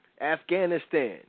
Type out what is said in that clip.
Afghanistan